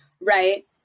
right